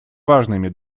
важными